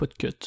PodCut